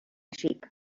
sheep